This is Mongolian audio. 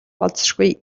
болзошгүй